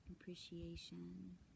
appreciation